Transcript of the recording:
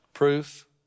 Proof